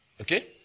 okay